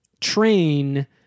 train